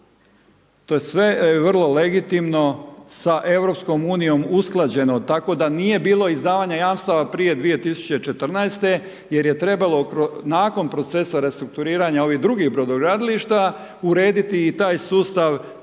To je sve vrlo legitimno sa EU, usklađeno, tako da nije bilo izdavanje jamstava prije 2014. jer je trebalo nakon procesa restrukturiranja ovih drugih brodogradilišta, urediti i taj sustav